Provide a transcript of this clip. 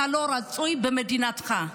אתה לא רצוי במדינתך?